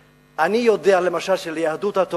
אני יודע, למשל, שליהדות התורה הוא לא היה מצביע.